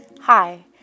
Hi